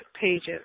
pages